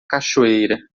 cachoeira